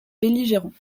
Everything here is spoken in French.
belligérants